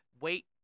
wait